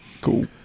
Cool